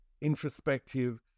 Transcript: introspective